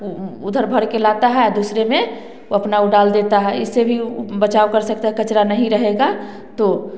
उधर भर के लाता है दूसरे में अपना उड़ेल देता है इससे भी बचाव कर सकते हैं कचरा नहीं रहेगा तो